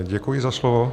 Děkuji za slovo.